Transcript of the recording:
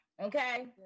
Okay